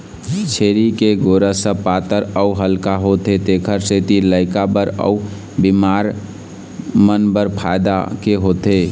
छेरी के गोरस ह पातर अउ हल्का होथे तेखर सेती लइका बर अउ बिमार मन बर फायदा के होथे